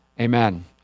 Amen